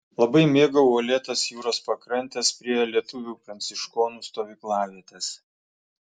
labai mėgau uolėtas jūros pakrantes prie lietuvių pranciškonų stovyklavietės